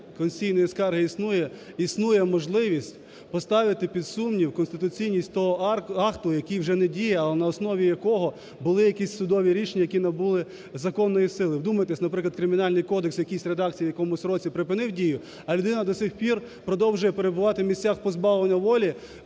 конституційної скарги існує, існує можливість поставити під сумнів конституційність того акту, який вже не діє, а на основі якого були якісь судові рішення, які набули законної сили. Вдумайтесь, наприклад, Кримінальний кодекс в якійсь редакції в якомусь році припинив дію, а людина до сих пір продовжує перебувати в місцях позбавлення волі,